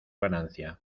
ganancia